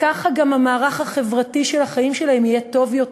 כך גם המערך החברתי של החיים שלהם יהיה יותר טוב,